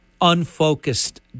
unfocused